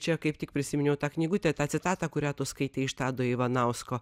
čia kaip tik prisiminiau tą knygutę tą citatą kurią tu skaitei iš tado ivanausko